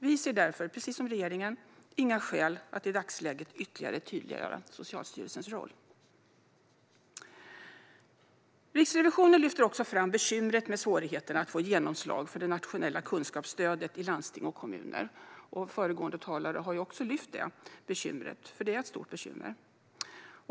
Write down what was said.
Vi ser därför, precis som regeringen, inga skäl att i dagsläget ytterligare tydliggöra Socialstyrelsens roll. Riksrevisionen lyfter också fram bekymret med svårigheterna att få genomslag för det nationella kunskapsstödet i landsting och kommuner. Även föregående talare har lyft fram detta, och det är ett stort bekymmer.